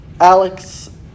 Alex